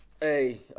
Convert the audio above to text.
Hey